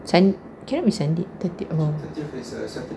sun~ cannot be sunday thirtieth oo